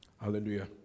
Hallelujah